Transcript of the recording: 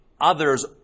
others